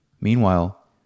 Meanwhile